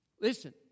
Listen